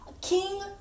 King